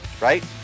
right